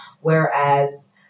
whereas